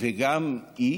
וגם היא